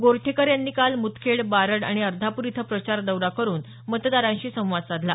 गोरठेकर यांनी काल मुदखेड बारड आणि अर्धापूर इथं प्रचार दौरा करून मतदारांशी संवाद साधला